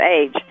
age